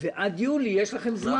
ועד יולי יש לכם זמן.